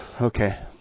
Okay